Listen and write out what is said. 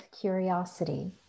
curiosity